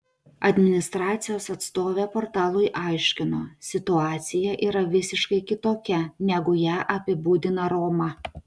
administracijos atstovė portalui aiškino situacija yra visiškai kitokia negu ją apibūdina roma